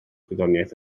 gwyddoniaeth